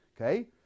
Okay